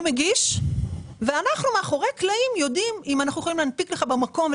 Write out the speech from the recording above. הוא מגיש ואנחנו מאחורי הקלעים יודעים אם אנחנו יכולים להנפיק לו במקום.